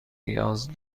نیاز